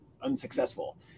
unsuccessful